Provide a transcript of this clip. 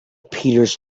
peters